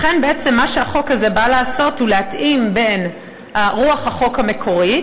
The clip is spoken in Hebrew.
לכן בעצם מה שהחוק הזה בא לעשות הוא להתאים את רוח החוק המקורית